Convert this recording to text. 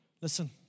Listen